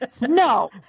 No